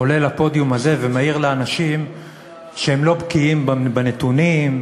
עולה לפודיום הזה ומעיר לאנשים שהם לא בקיאים בנתונים,